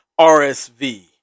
rsv